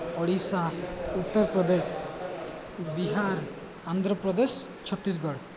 Odisha Uttar Pradesh Bihar Andhra Pradesh Chhattisgarh